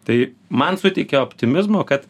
tai man suteikia optimizmo kad